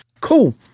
Cool